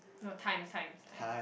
no times times times